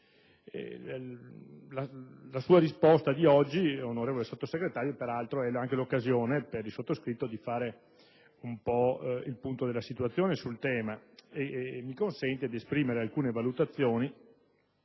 La sua risposta di oggi, onorevole Sottosegretario, è peraltro anche l'occasione per il sottoscritto di fare un po' il punto della situazione sul tema e mi consente di esprimere alcune valutazioni